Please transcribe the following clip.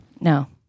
No